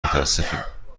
متاسفیم